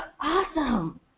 awesome